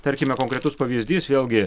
tarkime konkretus pavyzdys vėlgi